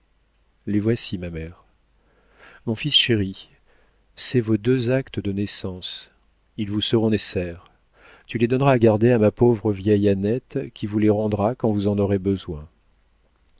les voici ma mère mon fils chéri c'est vos deux actes de naissance ils vous seront nécessaires tu les donneras à garder à ma pauvre vieille annette qui vous les rendra quand vous en aurez besoin